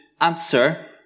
answer